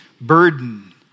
burden